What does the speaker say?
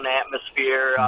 atmosphere